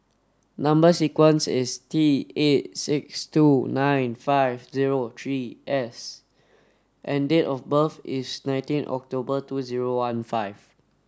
number sequence is T eight six two nine five zero three S and date of birth is nineteen October two zero one five